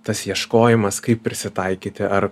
tas ieškojimas kaip prisitaikyti ar